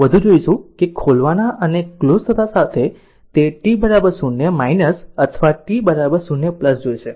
થોડુંક વધુ જોશે કે ખોલવાના અથવા ક્લોઝ થતાં સમયે તે t 0 અથવા t 0 જોશે